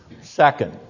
Second